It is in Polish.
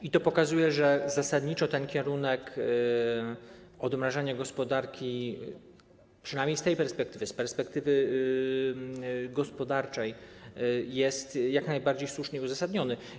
I to pokazuje, że zasadniczo ten kierunek odmrażania gospodarki, przynajmniej z tej perspektywy, z perspektywy gospodarczej, jest jak najbardziej słuszny, uzasadniony.